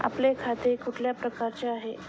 आपले खाते कुठल्या प्रकारचे आहे?